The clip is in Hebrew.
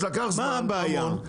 מה הבעיה?